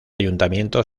ayuntamiento